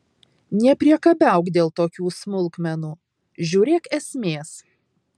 nepriekabiauk dėl tokių smulkmenų žiūrėk esmės